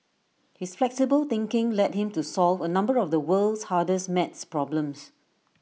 his flexible thinking led him to solve A number of the world's hardest math problems